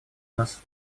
нас